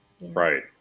right